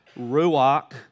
ruach